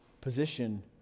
position